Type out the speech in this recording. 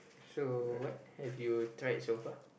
so what have you tried so far